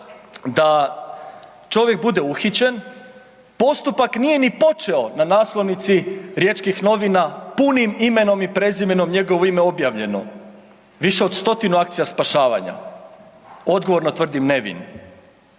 da čovjek bude uhićen, postupak nije ni počeo na naslovnici riječkih novina punim imenom i prezimenom njegovo ime objavljeno, više od 100 akcija spašavanja, odgovorno tvrdim nevin,